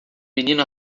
menino